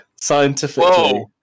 Scientifically